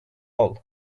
all